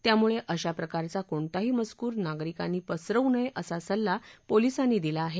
त्यामुळे अशा प्रकारचा कोणताही मजकूर नागरिकांनी पसरवू नये असा सल्ला पोलीसांनी दिला आहे